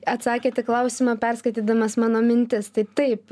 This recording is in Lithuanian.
atsakėt į klausimą perskaitydamas mano mintis tai taip